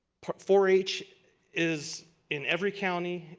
four h is in every county.